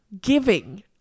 giving